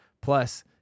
Plus